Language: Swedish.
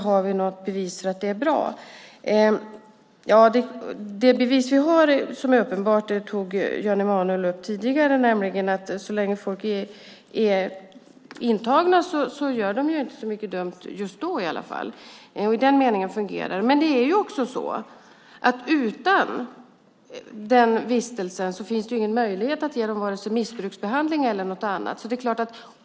Har vi något bevis för att det är bra? Ja, det bevis vi har, som är uppenbart, tog Jan Emanuel upp tidigare, nämligen att så länge folk är intagna gör de inte så mycket dumt just då. I den meningen fungerar det. Men utan den vistelsen finns det heller ingen möjlighet att ge dem vare sig missbruksbehandling eller något annat.